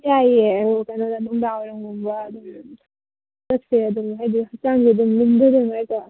ꯌꯥꯏꯌꯦ ꯑꯧ ꯀꯩꯅꯣꯗ ꯅꯨꯡꯗꯥꯡꯋꯥꯏꯔꯝꯒꯨꯝꯕ ꯑꯗꯨꯝ ꯆꯠꯁꯦ ꯑꯗꯨꯝ ꯍꯥꯏꯗꯤ ꯍꯛꯆꯥꯡꯁꯦ ꯑꯗꯨꯝ ꯂꯨꯝꯗꯅꯉꯥꯏ ꯀꯣ